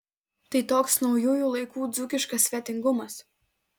tai toks naujųjų laikų dzūkiškas svetingumas